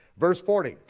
verse forty,